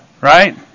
Right